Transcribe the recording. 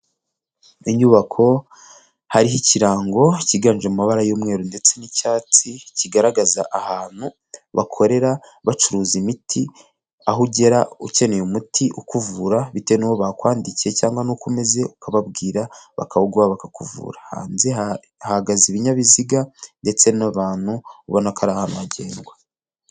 Inyubako hariho ikirango cyiganje mu mabara y'umweru ndetse n'icyatsi, kigaragaza ahantu bakorera bacuruza imiti, aho ugera ukeneye umuti ukuvura bitewe n'uwo bakwandikiye cyangwa nuk’umeze, ukababwira bakawuguha bakakuvura. Hanze hahagaze ibinyabiziga ndetse n'abantu ubona ko ar’ahantu hagedwa.